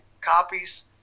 copies